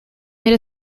made